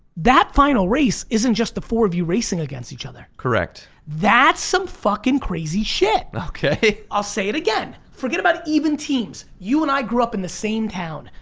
that final race isn't just the four of you racing against each other. correct. that's some fuckin' crazy shit. okay. i'll say it again. forget about even teams. you and i grew up in the same town.